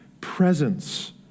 presence